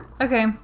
Okay